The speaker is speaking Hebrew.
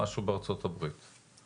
משהו בארצות הברית?